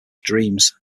dreams